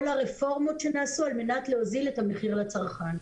הרפורמות שנעשו כדי להוזיל את המחיר לצרכן?